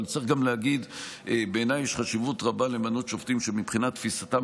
אבל צריך להגיד שבעיניי יש חשיבות רבה למנות שופטים שמבחינת תפיסתם